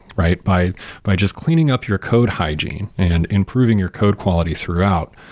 right? by by just cleaning up your code hygiene and improving your code quality throughout,